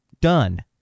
done